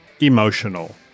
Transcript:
emotional